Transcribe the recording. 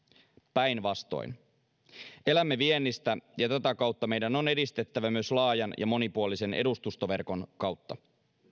päinvastoin elämme viennistä ja tätä kautta meidän on edistettävä myös laajan ja monipuolisen edustustoverkon kautta